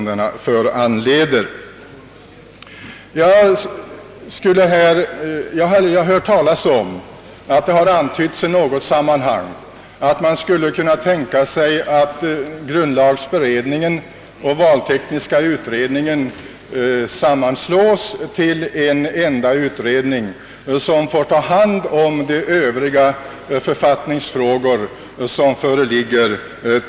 Det har i något sammanhang antytts att man skulle kunna tänka sig att grundlagberedningen och valtekniska utredningen sammanslås till en enda kommitté som får ta hand om de övriga författningsfrågor som föreligger.